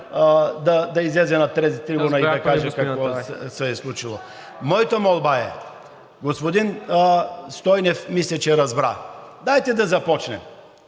да излезе на тази трибуна и да каже какво се е случило? Моята молба е, господин Стойнев мисля, че разбра, дайте да започнем